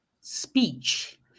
speech